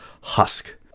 husk